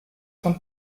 von